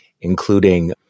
including